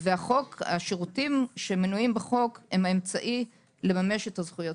והשירותים שמנויים בחוק הם אמצעי לממש את הזכויות,